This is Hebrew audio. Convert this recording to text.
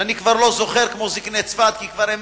שאני כבר לא זוכר, כמו זקני צפת, כי הם